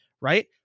right